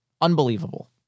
Unbelievable